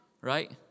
right